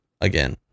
again